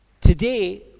Today